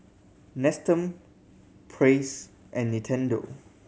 Nestum Praise and Nintendo